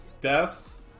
deaths